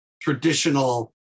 traditional